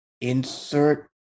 insert